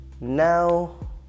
now